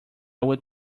would